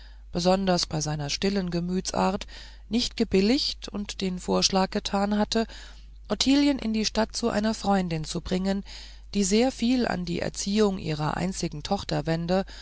besonders bei seiner stillen gemütsart nicht gebilligt und den vorschlag getan hatte ottilien in die stadt zu einer freundin zu bringen die sehr viel an die erziehung ihrer einzigen tochter